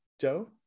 joe